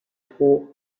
hoch